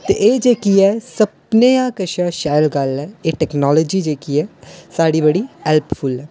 ते एह् जेह्की ऐ सभनें कशा शैल गल्ल ऐ एह् टैक्नोलाजी जेह्की ऐ साढ़ी बड़ी हैल्पफुल ऐ